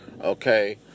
Okay